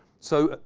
so,